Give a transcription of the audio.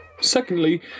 Secondly